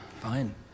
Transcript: Fine